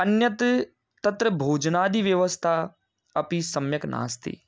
अन्यत् तत्र भोजनादिव्यवस्था अपि सम्यक् नास्ति